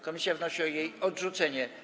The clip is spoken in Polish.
Komisja wnosi o jej odrzucenie.